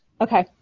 Okay